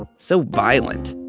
ah so violent,